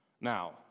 Now